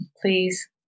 please